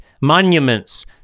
monuments